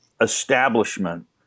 establishment